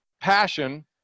passion